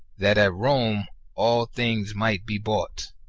that at rome all things might be bought,